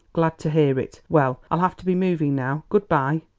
glad to hear it. well, i'll have to be moving now. good-bye,